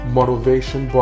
Motivation